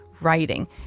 writing